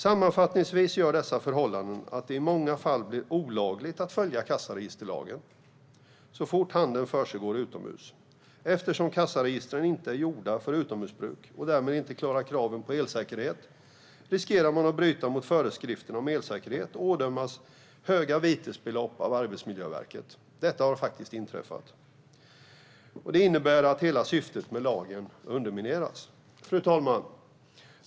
Sammanfattningsvis gör dessa förhållanden att det i många fall blir olagligt att följa kassaregisterlagen, så fort handeln försiggår utomhus. Eftersom kassaregistren inte är gjorda för utomhusbruk och därmed inte klarar kraven på elsäkerhet riskerar man att bryta mot föreskrifterna om elsäkerhet och ådömas höga vitesbelopp av Arbetsmiljöverket. Det har faktiskt inträffat. Detta innebär att hela syftet med lagen undermineras. Fru talman!